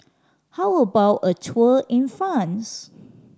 how about a tour in France